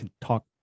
talk